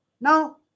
Now